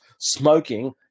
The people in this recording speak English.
smoking